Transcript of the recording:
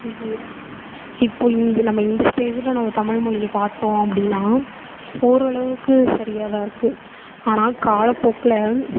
இப்போ இப்போ இந்த நம்ம இந்த ஸ்டேஜில் நம்ம தமிழ்மொழியை பார்த்தோம் அப்படின்னா ஓரளவுக்கு சரியாகதான் இருக்கு ஆனால் காலப்போக்கில்